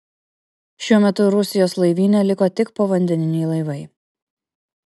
šiuo metu rusijos laivyne liko tik povandeniniai laivai